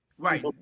Right